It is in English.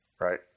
right